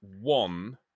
one